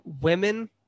Women